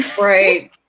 Right